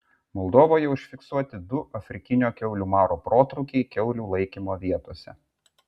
moldovoje užfiksuoti du afrikinio kiaulių maro protrūkiai kiaulių laikymo vietose